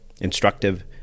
instructive